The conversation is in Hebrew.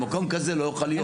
במקום כזה לא יוכל להיות.